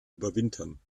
überwintern